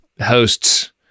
hosts